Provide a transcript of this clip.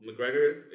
McGregor